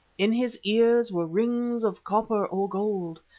in his ears were rings of copper or gold,